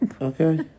Okay